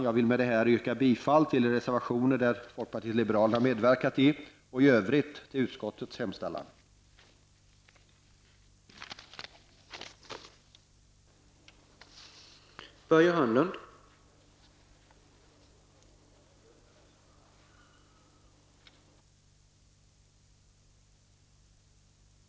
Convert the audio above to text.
Jag vill med detta ställa mig bakom de reservationer där folkpartiet liberalerna har medverkat och yrka bifall till reservationerna nr 15, 25 och 28 samt i övrigt till utskottets hemställan.